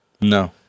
No